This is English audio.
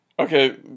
Okay